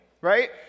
Right